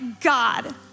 God